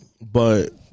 But-